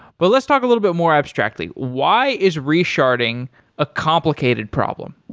but let's talk a little bit more abstractly, why is resharding a complicated problem?